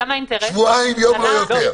שבועיים, יום לא יותר.